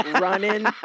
Running